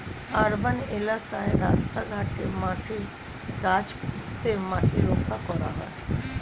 urban এলাকায় রাস্তা ঘাটে, মাঠে গাছ পুঁতে মাটি রক্ষা করা হয়